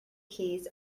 keys